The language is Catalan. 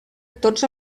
tots